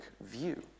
view